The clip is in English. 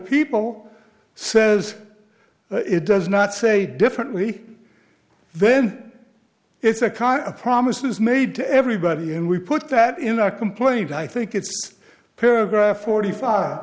people says it does not say differently then it's a car a promise is made to everybody and we put that in our complaint i think it's paragraph forty five